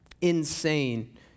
Insane